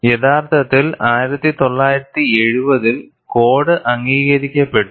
യഥാർത്ഥത്തിൽ 1970 ൽ കോഡ് അംഗീകരിക്കപ്പെട്ടു